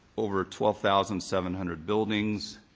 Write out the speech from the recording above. over twelve thousand seven hundred buildings,